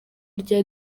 rya